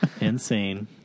Insane